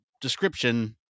description